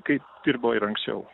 kai dirbo ir anksčiau